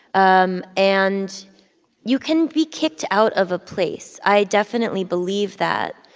um and you can be kicked out of a place i definitely believe that.